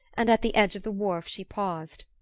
and at the edge of the wharf she paused.